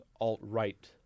alt-right